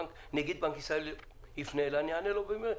כשנגיד בנק ישראל יפנה אלי, אני אענה לו מיד.